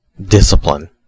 discipline